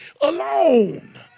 alone